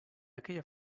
aquella